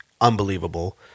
unbelievable